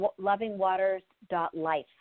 lovingwaters.life